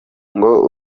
ngo